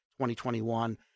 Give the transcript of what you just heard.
2021